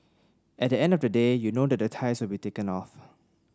at the end of the day you know the ties will be taken off